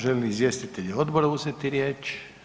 Žele li izvjestitelji odbora uzeti riječ?